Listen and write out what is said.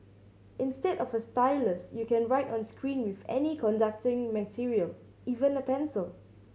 instead of a stylus you can write on screen with any conducting material even a pencil